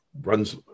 runs